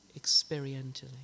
experientially